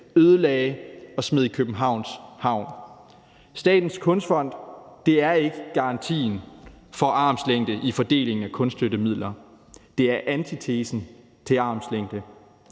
ødelagde og smed i Københavns havn. Statens Kunstfond er ikke garantien for armslængde i fordelingen af kunststøttemidler. Det er antitesen til armslængde.